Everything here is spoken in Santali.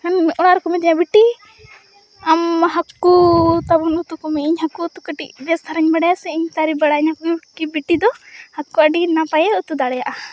ᱟᱵᱟᱨᱠᱚ ᱢᱤᱛᱟᱹᱧᱟ ᱵᱤᱴᱤ ᱟᱢ ᱢᱟ ᱦᱟᱠᱩᱛᱟᱵᱚᱱ ᱩᱛᱩᱠᱚᱢᱮ ᱤᱧ ᱦᱟᱠᱩ ᱩᱛᱩ ᱠᱟᱹᱴᱤᱡ ᱵᱮᱥ ᱫᱷᱟᱨᱟᱧ ᱵᱟᱲᱟᱭᱟ ᱥᱮ ᱤᱧ ᱛᱟᱨᱤᱯᱷ ᱵᱟᱲᱟᱭᱤᱧᱟᱹ ᱠᱚ ᱠᱤ ᱵᱤᱴᱤᱫᱚ ᱦᱟᱠᱩ ᱟᱹᱰᱤ ᱱᱟᱯᱟᱭᱮ ᱩᱛᱩ ᱫᱟᱲᱮᱭᱟᱜᱼᱟ